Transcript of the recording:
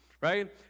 Right